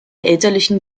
elterlichen